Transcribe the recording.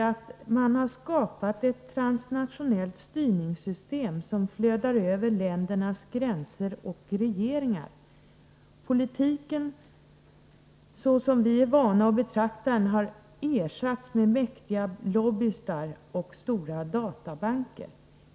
Han säger: ”Man har skapat ett transnationellt styrningssystem som flödar över ländernas gränser och regeringar. Politiken så som vi är vana att betrakta den har ersatts med mäktiga lobbystar och stora databanker.